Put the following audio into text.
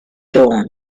dawn